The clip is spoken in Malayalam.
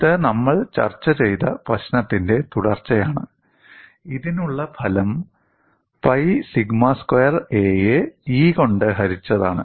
ഇത് നമ്മൾ ചർച്ച ചെയ്ത പ്രശ്നത്തിന്റെ തുടർച്ചയാണ് ഇതിനുള്ള ഫലം പൈ സിഗ്മ സ്ക്വയർ A യെ E കൊണ്ട് ഹരിച്ചതാണ്